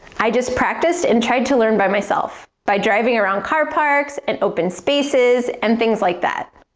i just practiced and tried to learn by myself, by driving around car parks and open spaces and things like that.